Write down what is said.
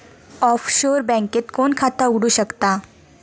Offshore बँकेत कोण खाता उघडु शकता?